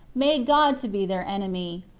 made god to be their enemy,